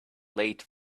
late